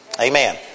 Amen